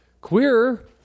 queer